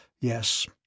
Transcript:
Yes